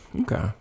Okay